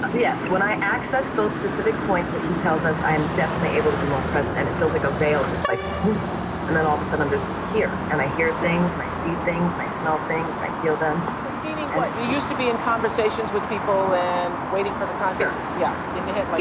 yes. when i access those specific points that he tells us, i am definitely able to be more present. and it feels like a veil just like whoosh and then all of a sudden i'm just here. and i hear things, and i see things, and i smell things, and i feel them. winfrey meaning what? you used to be in conversations with people and waiting for the kidada um here. winfrey yeah, in the head, like